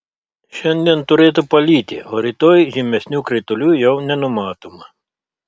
šiandien turėtų palyti o rytoj žymesnių kritulių jau nenumatoma